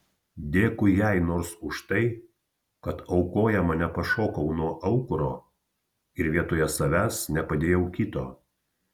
dėkui jai nors už tai kad aukojama nepašokau nuo aukuro ir vietoje savęs nepadėjau kito